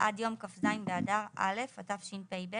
עד יום כ"ז באדר א' התשפ"ב